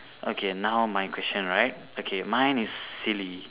okay now my question right okay mine is silly